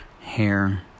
hair